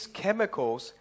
chemicals